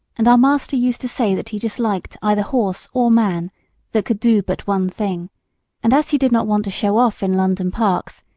and our master used to say that he disliked either horse or man that could do but one thing and as he did not want to show off in london parks,